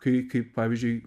kai kai pavyzdžiui